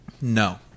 No